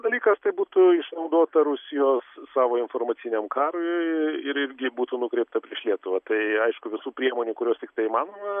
dalykas tai būtų išnaudota rusijos savo informaciniam karui ir irgi būtų nukreipta prieš lietuvą tai aišku visų priemonių kurios tiktai įimanoma